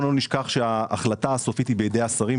בואו לא נשכח שההחלטה הסופית היא בידי השרים,